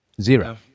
Zero